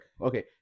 okay